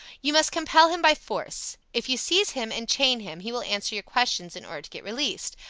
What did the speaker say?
you must compel him by force. if you seize him and chain him, he will answer your questions in order to get released,